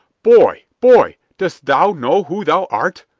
boy! boy! dost thou know who thou art?